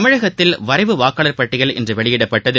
தமிழகத்தில் வரைவு வாக்காளர் பட்டியல் இன்றுவெளியிடப்பட்டது